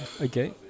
okay